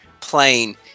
playing